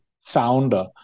founder